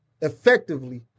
effectively